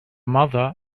mother